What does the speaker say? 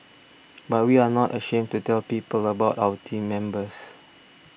but we are not ashamed to tell people about our team members